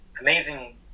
amazing